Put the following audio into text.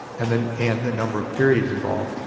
and and and the number of periods involved.